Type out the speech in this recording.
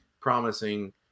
promising